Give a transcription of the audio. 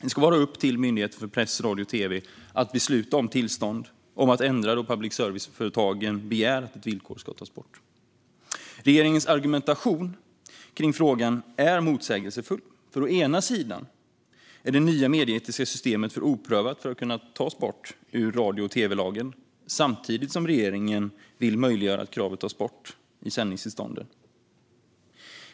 Det ska vara upp till Myndigheten för press, radio och tv att besluta om tillstånd om att ändra då public service-företagen begär att ett villkor ska tas bort. Regeringens argumentation kring frågan är motsägelsefull. Å ena sidan är det nya medieetiska systemet för oprövat för att kunna tas bort ur radio och tv-lagen, å andra sidan vill regeringen möjliggöra att kravet tas bort i sändningstillstånden.